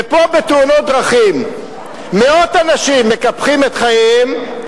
ופה, בתאונות דרכים, מאות אנשים מקפחים את חייהם,